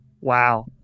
Wow